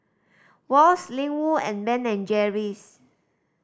Wall's Ling Wu and Ben and Jerry's